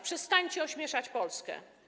Przestańcie ośmieszać Polskę.